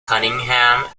cunningham